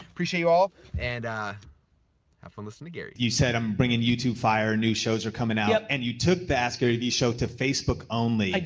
appreciate you all and have fun listening to gary. you said i'm bringing youtube fire, new shows are coming out. yep. and you took the askgaryvee show to facebook only.